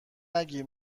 نگیر